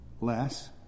less